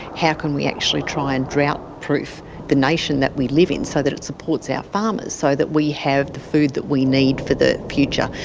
how can we actually try and drought-proof the nation that we live in so that it supports our farmers so that we have the food that we need to the future?